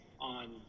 on